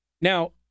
Now